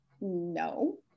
No